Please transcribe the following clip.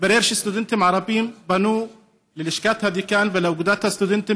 מתברר שסטודנטים ערבים פנו ללשכת הדיקן ולאגודת הסטודנטים